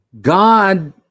God